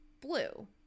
blue